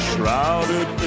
Shrouded